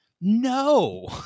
No